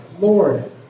Lord